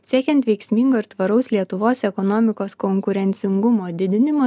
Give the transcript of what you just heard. siekiant veiksmingo ir tvaraus lietuvos ekonomikos konkurencingumo didinimo